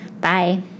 Bye